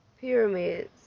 Pyramids